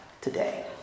today